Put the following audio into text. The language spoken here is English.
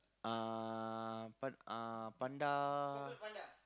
uh pan~ uh panda